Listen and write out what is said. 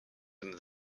him